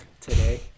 today